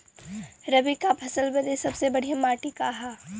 रबी क फसल बदे सबसे बढ़िया माटी का ह?